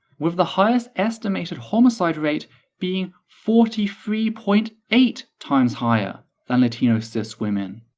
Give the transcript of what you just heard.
with the highest estimated homicide rate being forty three point eight times higher than latino cis women.